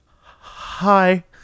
Hi